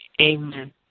Amen